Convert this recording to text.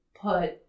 put